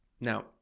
Now